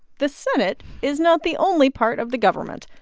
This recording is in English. the senate is not the only part of the government.